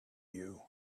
you